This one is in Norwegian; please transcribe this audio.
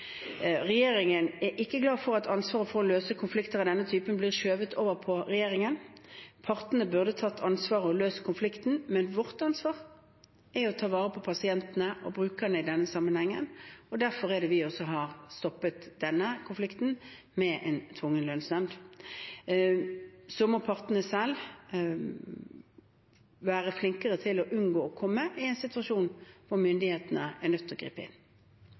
Regjeringen er ikke glad for at ansvaret for å løse konflikter av denne typen blir skjøvet over på regjeringen. Partene burde tatt ansvar og løst konflikten, men vårt ansvar er å ta vare på pasientene og brukerne i denne sammenhengen, og derfor har vi stoppet denne konflikten ved tvungen lønnsnemnd. Så må partene selv være flinkere til å unngå å komme i en situasjon hvor myndighetene er nødt til å gripe inn.